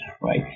right